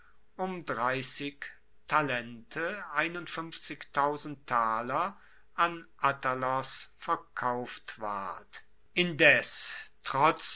an attalos verkauft ward indes